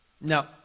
No